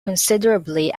considerably